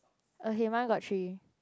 okay mine got three